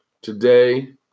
today